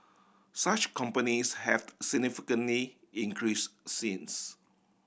such companies have significantly increase since